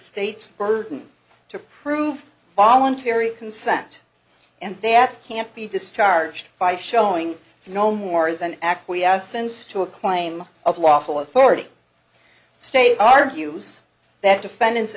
state's burden to prove voluntary consent and that can't be discharged by showing no more than acquiescence to a claim of lawful authority state argues that defendant